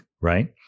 right